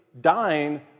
dying